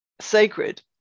sacred